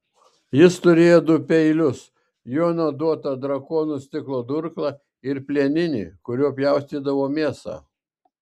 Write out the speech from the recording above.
jis turėjo du peilius jono duotą drakonų stiklo durklą ir plieninį kuriuo pjaustydavo mėsą